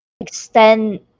extend